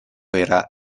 era